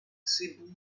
cebu